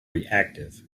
reactive